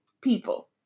people